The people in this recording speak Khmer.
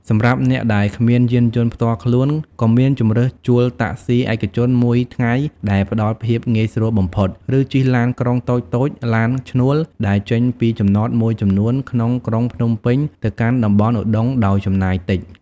សម្រាប់អ្នកដែលគ្មានយានយន្តផ្ទាល់ខ្លួន ក៏មានជម្រើសជួលតាក់ស៊ីឯកជនមួយថ្ងៃដែលផ្តល់ភាពងាយស្រួលបំផុត ឬជិះឡានក្រុងតូចៗ ឡានឈ្នួល ដែលចេញពីចំណតមួយចំនួនក្នុងក្រុងភ្នំពេញទៅកាន់តំបន់ឧដុង្គដោយចំណាយតិច។